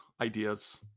ideas